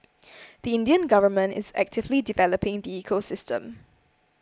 the Indian government is actively developing the ecosystem